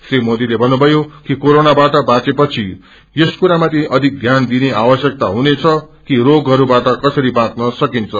श्री मोदीले ान्नुभ्यो कि क्वेरोना बाट बाँचेपछि यस कुरामाथि अधिक ध्यान दिने आवश्कता हुनेछ कि रोगहरूबाट कसरी बाँच्न सकिन्छ